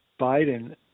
Biden